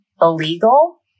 illegal